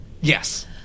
Yes